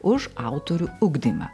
už autorių ugdymą